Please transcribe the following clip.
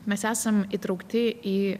mes esam įtraukti į